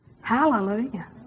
Hallelujah